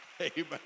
Amen